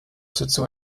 sitzung